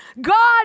God